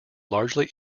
largely